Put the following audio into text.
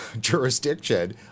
jurisdiction